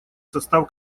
состав